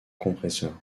compresseur